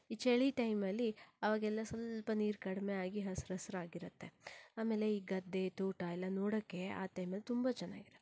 ಈ ಚಳಿ ಟೈಮಲ್ಲಿ ಆವಾಗೆಲ್ಲ ಸ್ವಲ್ಪ ನೀರು ಕಡಿಮೆ ಆಗಿ ಹಸಿರು ಹಸಿರಾಗಿರತ್ತೆ ಆಮೇಲೆ ಈ ಗದ್ದೆ ತೋಟ ಎಲ್ಲ ನೋಡಕ್ಕೆ ಆ ಟೈಮಲ್ಲಿ ತುಂಬ ಚೆನ್ನಾಗಿರತ್ತೆ